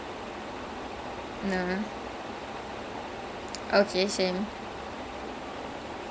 no lah I'm I I follow good movies like if you did a good movie I watch it if not I wouldn't bother